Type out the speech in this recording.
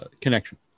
connection